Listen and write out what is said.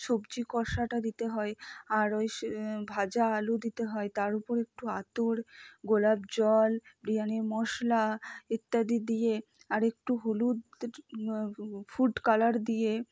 সবজি কষাটা দিতে হয় আর ওই ভাজা আলু দিতে হয় তার উপর একটু আতর গোলাপ জল বিরিয়ানির মশলা ইত্যাদি দিয়ে আর একটু হলুদের ফুড কালার দিয়ে